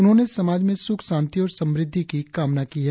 उन्होंने समाज में सुख शांति और समृद्धि की कामना की है